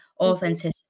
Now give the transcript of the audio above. authenticity